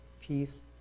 peace